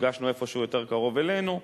נפגשנו איפשהו יותר קרוב אלינו,